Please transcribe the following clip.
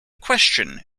question